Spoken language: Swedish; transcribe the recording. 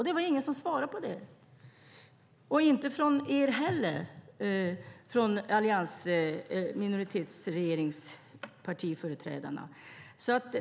Det var ingen som svarade på det, inte heller någon företrädare för partierna i minoritetsregeringen.